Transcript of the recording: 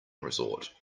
resort